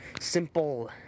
simple